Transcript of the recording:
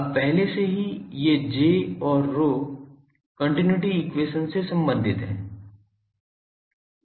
अब पहले से ही ये J और ρ कॉन्टिनुइटी एक्वेशन से संबंधित हैं